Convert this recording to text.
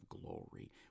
glory